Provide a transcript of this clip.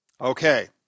Okay